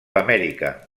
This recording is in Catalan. amèrica